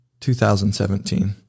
2017